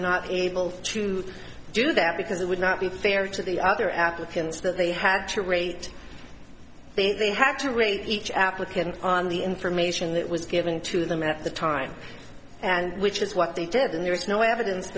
not able to do that because it would not be fair to the other applicants that they had to wait think they had to raise each applicant on the information that was given to them at the time and which is what they did and there is no evidence